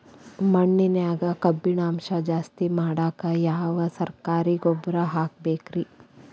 ಮಣ್ಣಿನ್ಯಾಗ ಕಬ್ಬಿಣಾಂಶ ಜಾಸ್ತಿ ಮಾಡಾಕ ಯಾವ ಸರಕಾರಿ ಗೊಬ್ಬರ ಹಾಕಬೇಕು ರಿ?